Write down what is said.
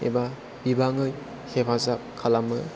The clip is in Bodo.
एबा बिबाङै हेफाजाब खालामो